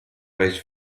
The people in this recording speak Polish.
wejść